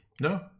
no